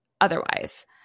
otherwise